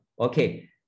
Okay